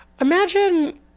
Imagine